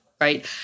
right